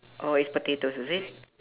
oh it's potatoes is it